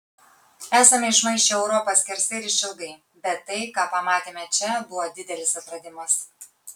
esame išmaišę europą skersai ir išilgai bet tai ką pamatėme čia buvo didelis atradimas